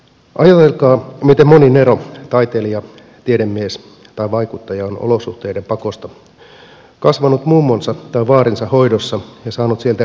ajatelkaa miten moni nero taiteilija tiedemies tai vaikuttaja on olosuhteiden pakosta kasvanut mummonsa tai vaarinsa hoidossa ja saanut sieltä kipinää elämäänsä